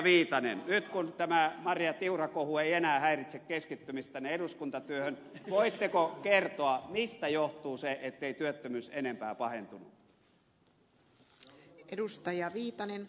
viitanen nyt kun tämä marja tiura kohu ei enää häiritse keskittymistänne eduskuntatyöhön voitteko kertoa mistä johtuu se ettei työttömyys enempää pahentunut